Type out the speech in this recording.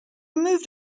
moved